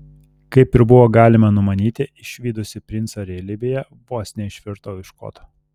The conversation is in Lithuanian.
kaip ir buvo galima numanyti išvydusi princą realybėje vos neišvirtau iš koto